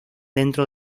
dentro